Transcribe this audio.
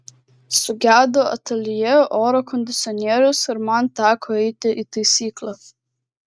sugedo ateljė oro kondicionierius ir man teko eiti į taisyklą